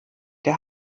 der